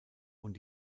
und